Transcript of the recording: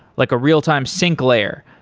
like a real-time sync layer,